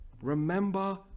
Remember